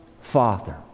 Father